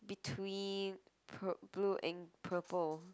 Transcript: between pur~ blue and purple